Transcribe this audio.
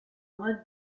mode